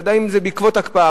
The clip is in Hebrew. ודאי אם זה בעקבות הקפאה,